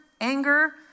anger